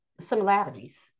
similarities